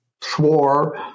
swore